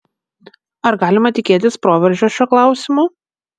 ar galima tikėtis proveržio šiuo klausimu